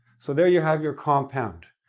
so there you have your compound.